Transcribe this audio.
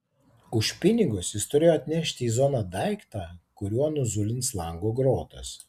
už pinigus jis turėjo atnešti į zoną daiktą kuriuo nuzulins lango grotas